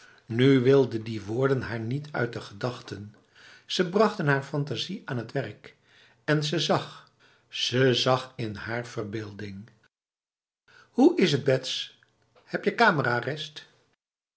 nu wilden die woorden haar niet uit de gedachten ze brachten haar fantasie aan het werk en ze zag ze zag in haar verbeelding hoe is het bets heb je